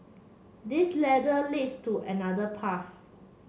this ladder leads to another path